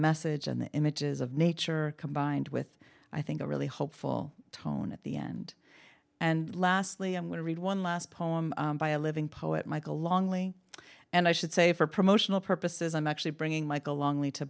message and the images of nature combined with i think a really hopeful tone at the end and lastly i'm going to read one last poem by a living poet michael longly and i should say for promotional purposes i'm actually bringing michael long lee to